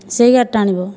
ସେଇ ଗାଡ଼ି ଟା ଆଣିବ